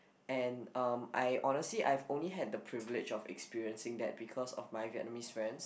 and um I honestly I've only had the privilege of experiencing that because of my Vietnamese friends